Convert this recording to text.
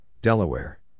Delaware